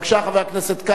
בבקשה, חבר הכנסת כץ.